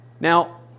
Now